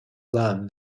than